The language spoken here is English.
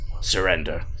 surrender